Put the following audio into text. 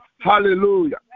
Hallelujah